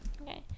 okay